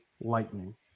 lightning